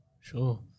Sure